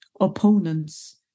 opponents